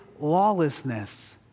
lawlessness